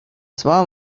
small